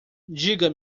diga